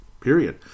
Period